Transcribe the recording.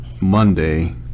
Monday